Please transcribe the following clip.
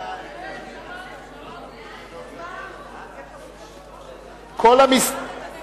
חוק לתיקון פקודת השותפויות (מס' 4),